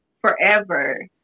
forever